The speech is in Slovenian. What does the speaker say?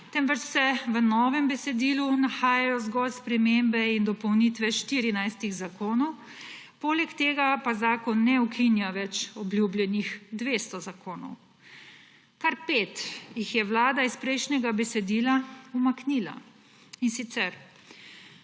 temveč se v novem besedilu nahajajo zgolj spremembe in dopolnitve 14 zakonov, poleg tega pa zakon ne ukinja več obljubljenih 200 zakonov. Kar pet jih je Vlada iz prejšnjega besedila umaknila, in sicer